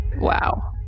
Wow